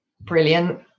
brilliant